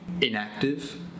inactive